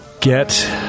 get